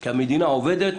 כי המדינה עובדת.